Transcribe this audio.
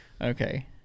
Okay